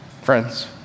Friends